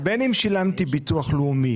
זאת אומרת בין אם שילמתי ביטוח לאומי,